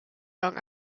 young